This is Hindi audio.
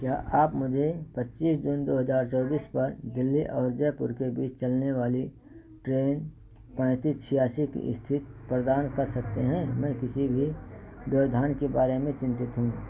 क्या आप मुझे पच्चीस जून दो हजार चौबीस पर दिल्ली और जयपुर के बीच चलने वाली ट्रेन पैंतीस छियासी की स्थिति प्रदान कर सकते हैं मैं किसी भी व्यवधान के बारे में चिंतित हूँ